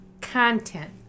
Content